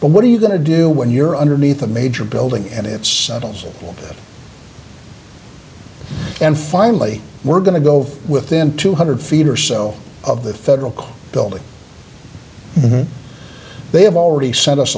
but what are you going to do when you're underneath a major building and it's all and finally we're going to go within two hundred feet or so of the federal building they have already sent us